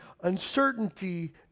uncertainty